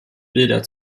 bilder